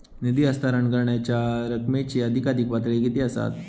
निधी हस्तांतरण करण्यांच्या रकमेची अधिकाधिक पातळी किती असात?